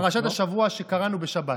פרשת השבוע שקראנו בשבת.